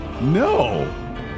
No